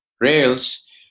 rails